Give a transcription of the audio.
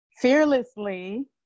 fearlessly